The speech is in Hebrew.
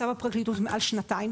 בפרקליטות מעל שנתיים.